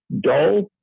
Dull